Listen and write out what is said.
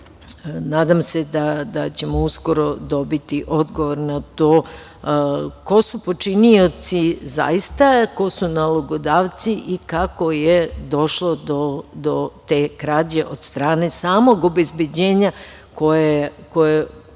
nadam se da ćemo uskoro dobiti odgovor na to ko su počinioci zaista, ko su nalogodavci i kako je došlo do te krađe od stane samom obezbeđenja koje